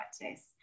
practice